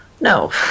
no